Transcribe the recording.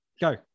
go